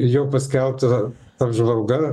jau paskelbta apžvalga